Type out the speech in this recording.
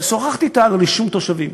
שוחחתי אתה על רישום תושבים.